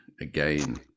again